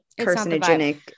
carcinogenic